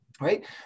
right